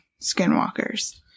Skinwalkers